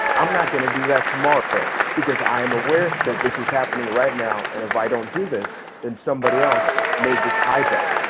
i'm not gonna do that tomorrow because i'm aware that this is happening right now and if i don't do this then somebody else may just hide that.